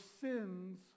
sins